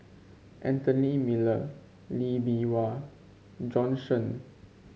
Anthony Miller Lee Bee Wah Bjorn Shen